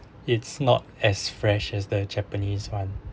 it's not as fresh as the japanese one